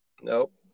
Nope